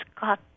got